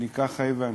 כך הבנתי.